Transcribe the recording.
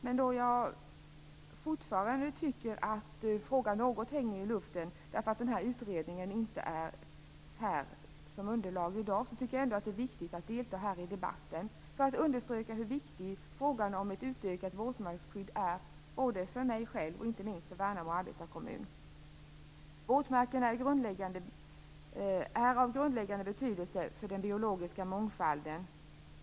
Men eftersom jag fortfarande tycker att frågan något hänger i luften - utredningen föreligger ju ännu inte klar som underlag här i dag - är det ändå viktigt att delta i debatten för att understryka hur viktig frågan om ett utökat våtmarksskydd är både för mig själv och inte minst för Värnamo arbetarekommun. Våtmarkerna är av grundläggande betydelse för den biologiska mångfalden.